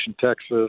Texas